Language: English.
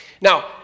Now